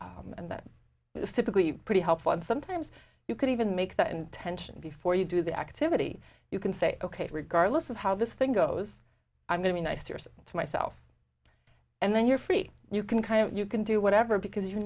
that and that is typically pretty helpful and sometimes you could even make that intention before you do the activity you can say ok regardless of how this thing goes i'm going to be nice to yours to myself and then you're free you can kind of you can do whatever because you